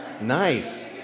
Nice